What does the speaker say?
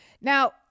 Now